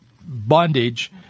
bondage